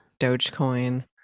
Dogecoin